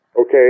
Okay